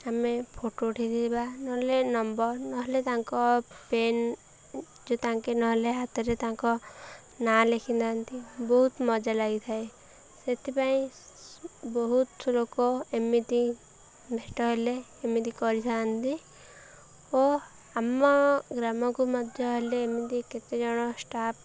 ଆମେ ଫଟୋ ଉଠେଇଥିବା ନହେଲେ ନମ୍ବର୍ ନହେଲେ ତାଙ୍କ ପେନ୍ ଯେଉଁ ତାଙ୍କେ ନହେଲେ ହାତରେ ତାଙ୍କ ନାଁ ଲେଖିଥାନ୍ତି ବହୁତ ମଜା ଲାଗିଥାଏ ସେଥିପାଇଁ ବହୁତ ଲୋକ ଏମିତି ଭେଟ ହେଲେ ଏମିତି କରିଥାନ୍ତି ଓ ଆମ ଗ୍ରାମକୁ ମଧ୍ୟ ହେଲେ ଏମିତି କେତେଜଣ ଷ୍ଟାପ୍